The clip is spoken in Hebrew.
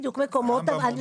בדיוק, מקומות עבודה.